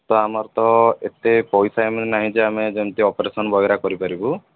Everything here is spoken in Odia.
ତ ଆମର ତ ଏତେ ପଇସା ଏମିତି ନାହିଁ ଯେ ଆମେ ଯେମତି ଅପରେସନ୍ ବଗେରା କରି ପାରିବୁ